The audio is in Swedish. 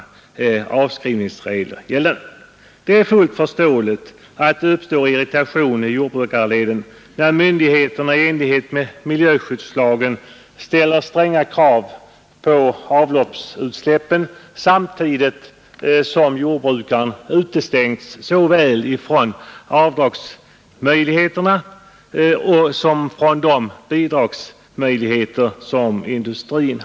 27 oktober 1971 Det är fullt förståeligt att det uppstår irritation i jordbrukarleden när XX —— myndigheterna i enlighet med miljöskyddslagen ställer stränga krav på Förlängning av avloppsutsläppen samtidigt som jordbrukaren utestängs såväl från avostkustbanan Sar dragsrätten för kostnaderna som från de bidragsmöjligheter som erbjudes åtgärder för att förindustrin.